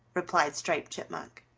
replied striped chipmunk.